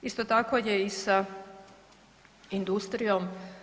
Isto tako je i sa industrijom.